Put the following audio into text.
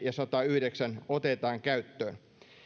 ja sadasyhdeksäs pykälä otetaan käyttöön